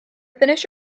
finish